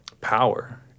power